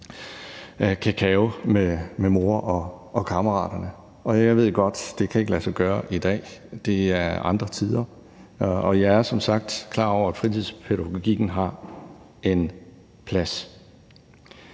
kakao med mor og kammeraterne, og jeg ved godt, at det ikke kan lade sig gøre i dag; det er andre tider. Og jeg er som sagt klar over, at fritidspædagogikken har en plads.